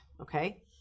okay